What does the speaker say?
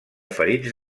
ferits